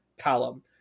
column